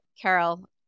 Carol